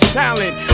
talent